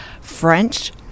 French